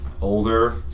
older